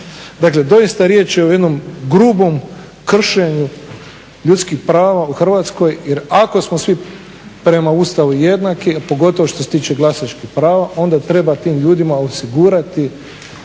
Dakle, doista je riječ o jednom grubom kršenju ljudskih prava u Hrvatskoj. Jer ako smo svi prema Ustavu jednaki a pogotovo što se tiče glasačkih prava onda treba tim ljudima osigurati